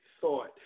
thought